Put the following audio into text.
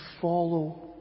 follow